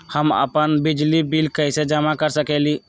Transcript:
हम अपन बिजली बिल कैसे जमा कर सकेली?